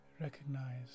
recognize